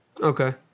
Okay